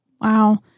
Wow